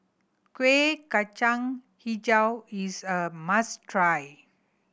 Kueh Kacang Hijau is a must try